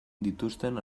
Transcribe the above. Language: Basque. dituzten